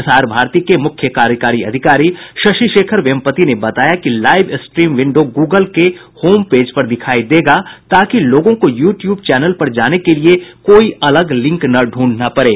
प्रसार भारती के मुख्य कार्यकारी अधिकारी शशि शेखर वेम्पति ने बताया कि लाइव स्ट्रीम विंडो गूगल के होम पेज पर दिखाई देगा ताकि लोगों को यू ट्यूब चैनल पर जाने के लिए कोई अलग लिंक न ढूंढना पड़े